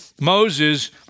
Moses